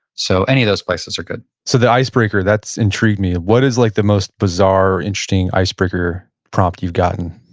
so any of those places are good so the icebreaker, that's intrigued me. what is like the most bizarre, interesting icebreaker prompt you've gotten?